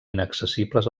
inaccessibles